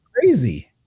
crazy